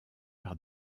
par